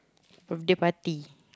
birthday party